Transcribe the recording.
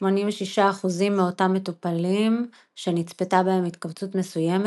86% מאותם מטופלים שנצפתה בהם התכווצות מסוימת,